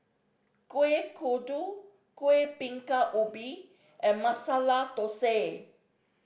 Kuih Kodok Kueh Bingka Ubi and Masala Thosai